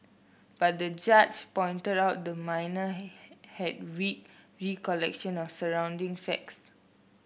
but the judge pointed out the minor had weak recollection of surrounding facts